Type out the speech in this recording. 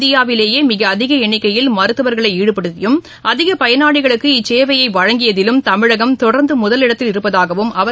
இந்தியாவிலேயே மிக அதிக எண்ணிக்கையில் மருத்தவர்களை ஈடுபடுத்தியும் அதிக பயனாளிகளுக்கு இச்சேவையை வழங்கியதிலும் தமிழகம் தொடர்ந்து முதலிடத்தில் இருப்பதாக அவர் குறிப்பிட்டுள்ளார்